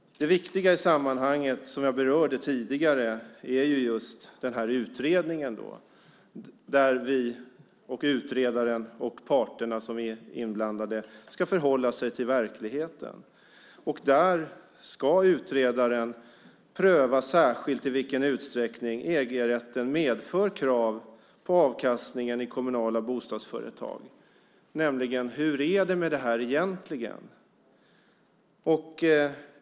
Det viktiga i sammanhanget, som jag berörde tidigare, är just den här utredningen där vi, utredaren och inblandade parter ska förhålla oss till verkligheten. Utredaren ska särskilt pröva i vilken utsträckning EG-rätten medför krav på avkastningen i kommunala bostadsföretag. Hur är det med det egentligen?